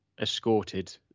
escorted